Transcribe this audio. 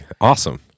awesome